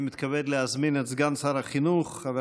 אני מתכבד להזמין את סגן שר החינוך חבר